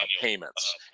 payments